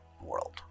world